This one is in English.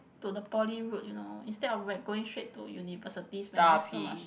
to the poly route you know instead of like going straight to university spending so much